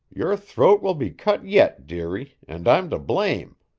your throat will be cut yet, dearie, and i'm to blame.